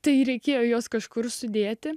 tai reikėjo juos kažkur sudėti